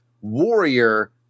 warrior